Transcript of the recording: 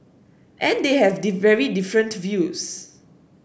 and they have the very different views